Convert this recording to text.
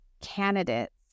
candidates